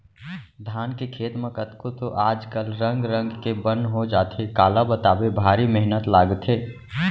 धान के खेत म कतको तो आज कल रंग रंग के बन हो जाथे काला बताबे भारी मेहनत लागथे